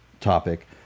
topic